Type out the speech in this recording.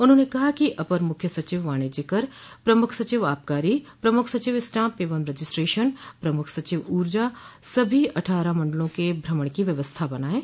उन्होंने कहा कि अपर मुख्य सचिव वाणिज्य कर प्रमुख सचिव आबकारी प्रमुख सचिव स्टाम्प एवं रजिस्ट्रेशन प्रमुख सचिव ऊर्जा सभी अट्ठारह मंडलों के भ्रमण की व्यवस्था बनायें